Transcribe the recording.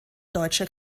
deutscher